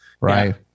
right